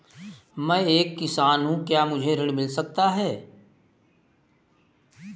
मैं एक किसान हूँ क्या मुझे ऋण मिल सकता है?